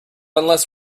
unless